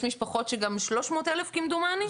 משפחות שקיבלו גם 300,000 שקלים כמדומני.